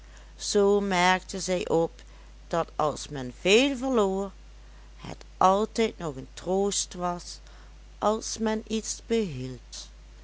zoo merkte zij op dat als men veel verloor het altijd nog een troost was als men iets behield